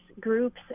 groups